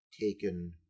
taken